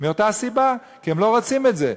מאותה סיבה, כי הם לא רוצים את זה.